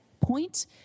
point